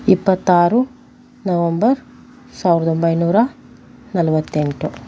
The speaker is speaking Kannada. ಇಪ್ಪತ್ತಾರು ನವಂಬರ್ ಸಾವಿರದ ಒಂಬೈನೂರ ನಲ್ವತ್ತೆಂಟು